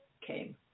came